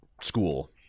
school